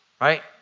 right